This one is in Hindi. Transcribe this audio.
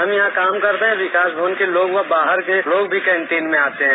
हम यहां काम करते हैं विकास भवन के लोग और बाहर के लोग भी कॅटीन में आते हैं